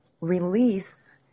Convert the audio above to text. RELEASE